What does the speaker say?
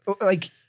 like-